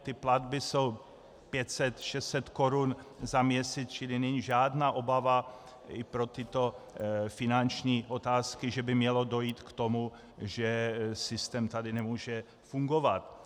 Ty platby jsou 500, 600 korun za měsíc, čili není žádná obava pro tyto finanční otázky, že by mělo dojít k tomu, že systém tady nemůže fungovat.